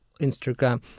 Instagram